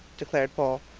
declared paul.